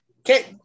Okay